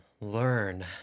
learn